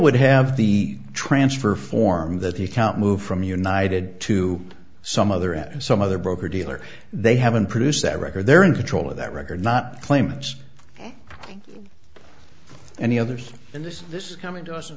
would have the transfer form that he count moved from united to some other and some other broker dealer they haven't produced that record they're in control of that record not claimants any others and this this is coming to us